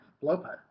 blowpipe